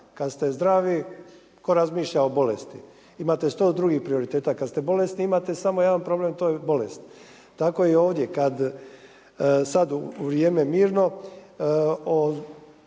kada te zdravi tko razmišlja o bolesti, imate sto drugih prioriteta. Kada ste bolesni imate samo jedan problem, to je bolest. Tako i ovdje sada u vrijeme mirno